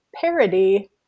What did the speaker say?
parody